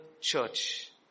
church